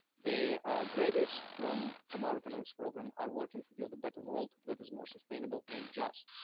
the graduates from from our economics program are working to build a better world that is more sustainable and just.